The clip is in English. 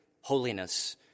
holiness